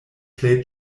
plej